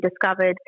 discovered